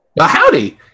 howdy